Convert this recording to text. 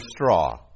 straw